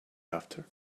after